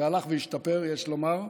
זה הלך והשתפר, יש לומר.